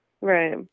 right